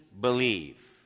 believe